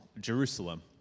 Jerusalem